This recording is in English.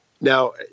Now